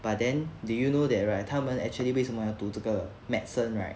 but then do you know that right 他们 actually 为什么要读这个 medicine right